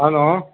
hello